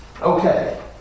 Okay